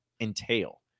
entail